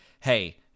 hey